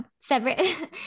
separate